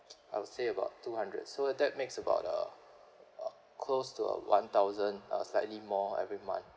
I would say about two hundred so that makes about uh uh close to uh one thousand uh slightly more every month